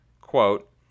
Quote